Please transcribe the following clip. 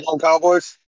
cowboys